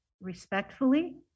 respectfully